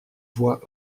voix